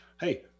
Hey